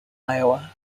iowa